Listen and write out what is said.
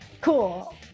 Cool